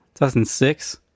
2006